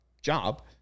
job